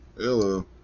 Hello